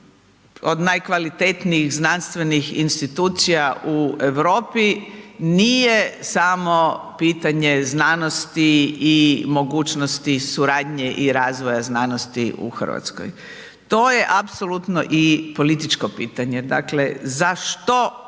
od najkvalitetnijih znanstvenih institucija u Europi nije samo pitanje znanosti mogućnosti suradnje i razvoja znanosti u Hrvatskoj. To je apsolutno i političko pitanje, dakle za što